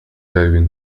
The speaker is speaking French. calvin